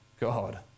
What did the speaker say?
God